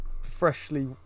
freshly